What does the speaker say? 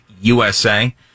USA